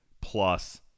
Plus